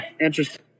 interesting